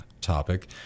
topic